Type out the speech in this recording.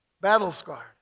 Battle-scarred